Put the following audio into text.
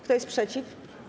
Kto jest przeciw?